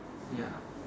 ya